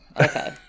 Okay